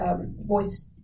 voice